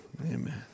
Amen